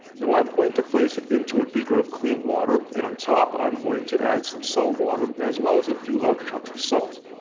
now i'm going to place it into a beaker of clean water and on the top i'm going to add some salt water as well as a few large chunks of salt.